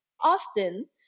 Often